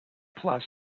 plus